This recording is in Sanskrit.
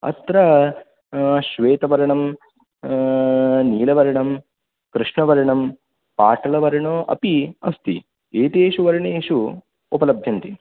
अत्र श्वेतवर्णम् नीलवर्णं कृष्णवर्णं पाटलवर्णो अपि अस्ति एतेषु वर्णेषु उपलभ्यन्ति